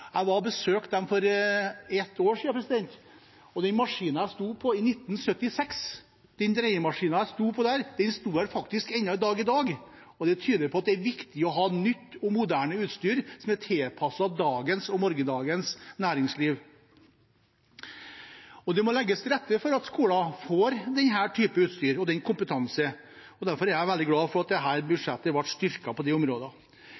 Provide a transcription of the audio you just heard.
Jeg var og besøkte dem for et år siden, og den dreiemaskinen jeg sto på der i 1976, står faktisk der ennå, den dag i dag. Det tyder på at det er viktig å ha nytt og moderne utstyr som er tilpasset dagens og morgendagens næringsliv. Det må legges til rette for at skoler får denne typen utstyr og den kompetansen, og derfor er jeg veldig glad for at dette budsjettet ble styrket på de områdene.